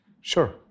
Sure